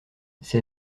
ses